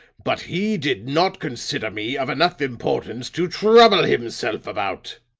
but he did not consider me of enough importance to trouble himself about.